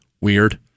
Weird